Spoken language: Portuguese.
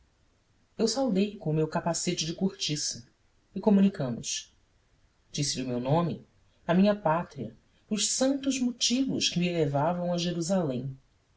eu saudei com o meu capacete de cortiça e comunicamos disse-lhe o meu nome a minha pátria os santos motivos que me levavam a jerusalém